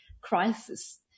crisis